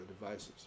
devices